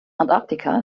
antarktika